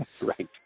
Right